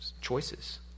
choices